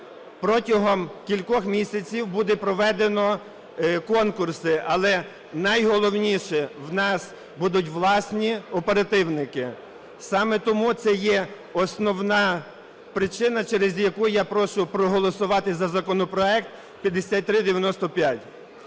Протягом кількох місяців буде проведено конкурси, але, найголовніше, в нас будуть власні оперативники. Саме тому це є основна причина, через яку я прошу проголосувати за законопроект 5395.